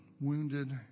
wounded